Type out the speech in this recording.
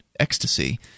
ecstasy